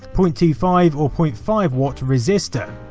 point two five or point five watt resistor.